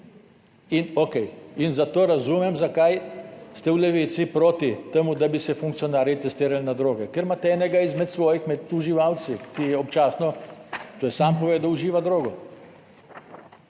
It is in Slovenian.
in okej. In zato razumem, zakaj ste v Levici proti temu, da bi se funkcionarji testirali na droge - ker imate enega izmed svojih med uživalci, ki občasno, to je sam povedal, uživa drogo.